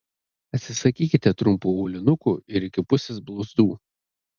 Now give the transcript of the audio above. atsisakykite trumpų aulinukų ir iki pusės blauzdų